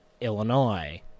Illinois